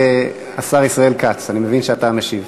השר ישראל כץ, אני מבין שאתה משיב.